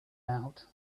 out